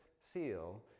seal